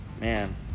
man